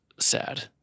sad